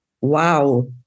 Wow